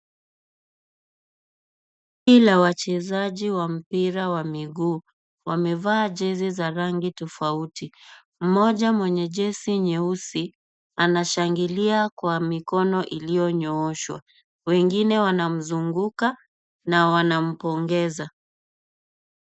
Kundi la wachezaji wa mpira ya miguu, wamevaa jezi za rangi tofauti. Mmoja mwenye jezi nyeusi, anashangilia kwa mikono iliyonyooshwa. Wengine wanamzunguka na wanampongeza.